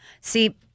See